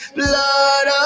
blood